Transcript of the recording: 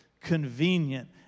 convenient